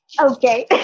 Okay